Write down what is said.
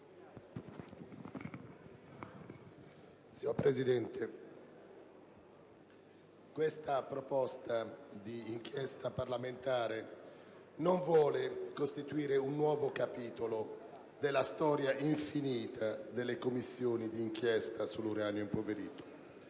Signor Presidente, questa proposta di inchiesta parlamentare non vuole costituire un nuovo capitolo della storia infinita delle Commissioni di inchiesta sull'uranio impoverito.